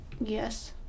Yes